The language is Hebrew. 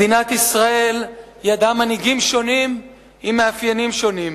מדינת ישראל ידעה מנהיגים שונים עם מאפיינים שונים.